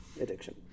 addiction